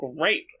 great